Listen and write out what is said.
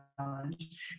challenge